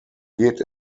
geht